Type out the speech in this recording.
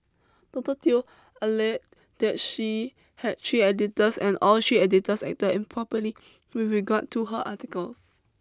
Doctor Teo alleged that she had three editors and all three editors acted improperly with regard to her articles